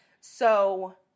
So-